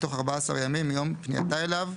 בתוך 14 ימים מיום פנייתה אליו,